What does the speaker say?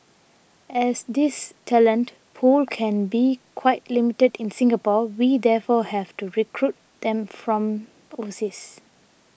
as this talent pool can be quite limited in Singapore we therefore have to recruit them from overseas